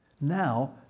Now